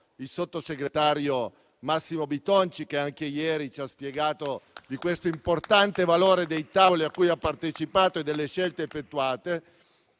il sottosegretario Massimo Bitonci, che anche ieri ci ha spiegato l'importante valore dei tavoli a cui ha partecipato e le scelte effettuate